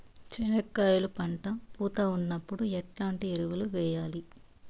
చెనక్కాయలు పంట పూత ఉన్నప్పుడు ఎట్లాంటి ఎరువులు వేయలి?